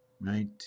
right